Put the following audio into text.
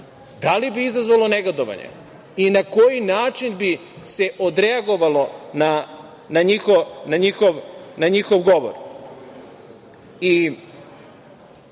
Da li bi izazvalo negodovanja i na koji način bi se odreagovalo na njihov govor? Nismo